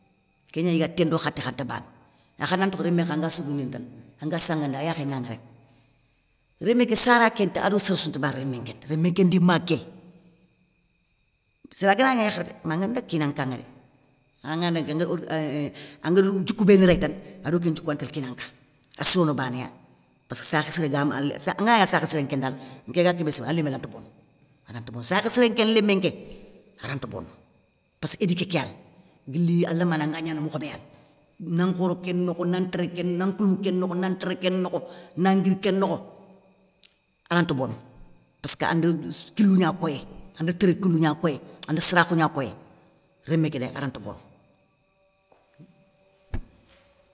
Kén gnani igatini té ndo khati kha nta bana, akha nantokho rémé kha anga sougoundini tane anga sangana da ayakhé nganŋe rek, rémé ké sara kénta ado séréssou nta bana rémé nkén da, rémé nké ndi ma ké, séra ganagna yakharé rék manga ndaga kina nka ŋa dé, angari djikou béni réy tane, ado kén ndjiko ya ntélé kina nka, assirono banéya. Passskeu sakhe siré anganagna sakhe siré nkén tane, nké ga kébé simana an lémé lanta bono, aranta bono, sakha siré nkén lémé nké, aranta bono passkeu éduké ké yani, guili a lamané, anga gnana mokhobéya, na nkhoro kén nokho, na ntéré kén nokho, na kouloumou kén nokho na ntéré kén nokho na nguiri kén nokho, aranta bono passkeu ande kilou gna koyéyi, anda téré kilou gna koyéy, anda saarakhou gna koyéy. Rémé ké dé aranta bono.